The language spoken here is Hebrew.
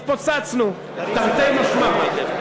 התפוצצנו, תרתי משמע.